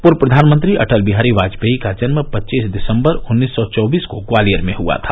पूर्व प्रधानमंत्री अटल बिहारी वाजपेयी का जन्म पच्चीस दिसंबर उन्नीस सौ चौबीस को ग्वालियर में हुआ था